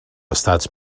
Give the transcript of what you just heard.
estats